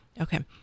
Okay